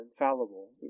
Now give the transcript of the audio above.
infallible